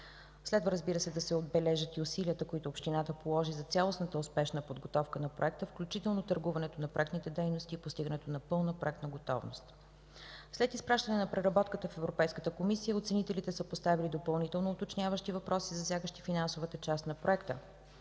Следва да се отбележат и усилията, които общината положи за цялостната успешна подготовка на проекта, включително търгуването на проектните дейности и постигането на пълна проектна готовност. След изпращане на преработката в Европейската комисия оценителите са поставили допълнителни уточняващи въпроси, засягащи финансовата част на проекта.